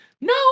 no